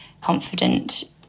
confident